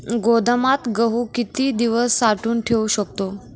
गोदामात गहू किती दिवस साठवून ठेवू शकतो?